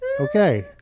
Okay